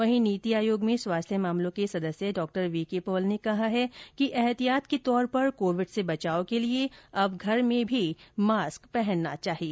वहीं नीति आयोग में स्वास्थ्य मामलों को सदस्य डॉ वीके पॉल ने कहा है कि एहतियात के तौर पर कोविड से बचाव के लिए अब घर में भी मास्क पहनना चाहिए